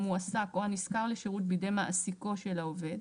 המועסק או הנשכר לשירות בידי מעסיקו של העובד,